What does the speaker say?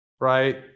right